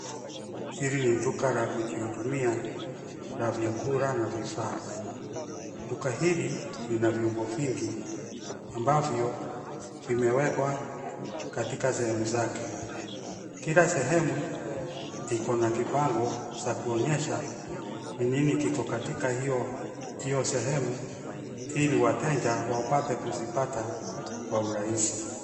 Hili ni duka la kujihudumia la vyakula na vifaa. Duka hili lina vyombo vingi ambavyo vimewekwa katika sehemu zake. Kila sehemu iko na kibango cha kuonyesha ni nini kiko katika hiyo sehemu ili wateja wapate kuzipata, kwa urahisi.